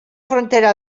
frontera